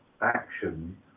action